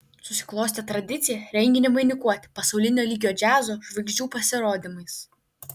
susiklostė tradicija renginį vainikuoti pasaulinio lygio džiazo žvaigždžių pasirodymais